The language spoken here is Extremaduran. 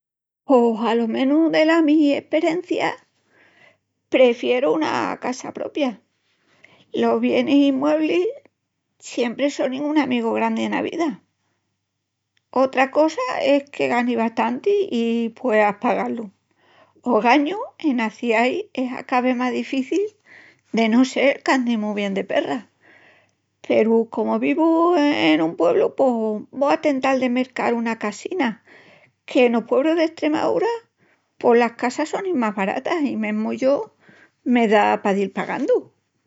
Pos alo menus dela mi esperencia, prefieru una casa propia. Los bienis imuebles siempri sonin un amigu grandi ena vida. Otra cosa es que ganis bastanti i pueas pagá-lu. Ogañu enas ciais es a ca vés más difici de no sel qu'andis mu bien de perras. Peru comu vivu en un puebru pos vo a tental de mercal una casina que enos puebrus d'Estremaúra pos las casas sonin más baratas i mesmu yo me da pa dil pagandu.